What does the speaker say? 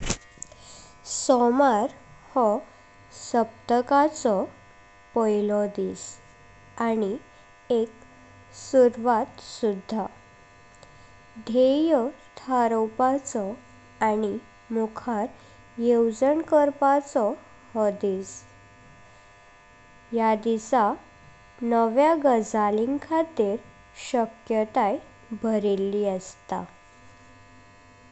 सोमार हो सप्तकाचो पैलो दिस आणी एक सुरवात सुद्धा। ध्येय ठरवपाचो आणी मुखर येवजण करपाचो हो दिस। ह्या दिसा नव्या गजली खातीर शक्यताay भरल्ली अस्तां।